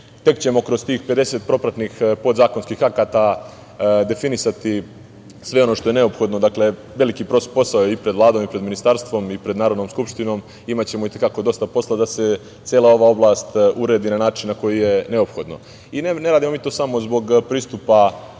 tek ćemo kroz tih 50 propratnih podzakonskih akata definisati sve ono što je neophodno. Dakle, veliki posao je i pred Vladom i pred Ministarstvom i pred Narodnom skupštinom. Imaćemo i te kako dosta posla da se cela ova oblast uredi na način na koji je neophodno. Ne radimo mi to samo zbog pristupa